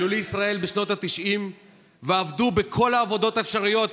עלו לישראל בשנות התשעים ועבדו בכל העבודות האפשריות,